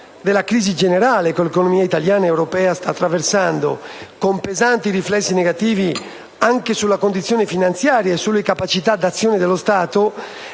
della crisi generale che l'economia italiana e quella europea stanno attraversando, con pesanti riflessi negativi anche sulla condizione finanziaria e sulle capacità d'azione dello Stato,